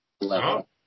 level